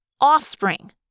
Offspring